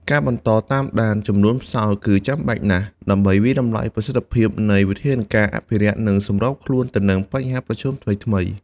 ការបន្តតាមដានចំនួនផ្សោតគឺចាំបាច់ណាស់ ដើម្បីវាយតម្លៃប្រសិទ្ធភាពនៃវិធានការអភិរក្ស និងសម្របខ្លួនទៅនឹងបញ្ហាប្រឈមថ្មីៗ។